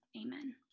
Amen